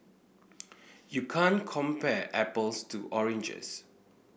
you can't compare apples to oranges